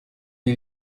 les